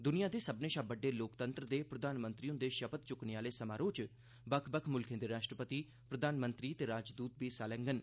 दुनिया दे सब्मने शा बड़डे लोकतंत्र दे प्रधानमंत्री हुंदे शपथ चुक्कने आह्ले समारोह च बक्ख बक्ख मुल्खें दे राष्ट्रपति प्रधानमंत्री ते राजदूत बी हिस्सा लैडन